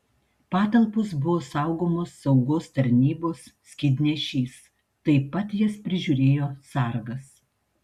patalpos buvo saugomos saugos tarnybos skydnešys taip pat jas prižiūrėjo sargas